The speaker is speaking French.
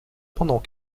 pendant